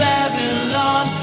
Babylon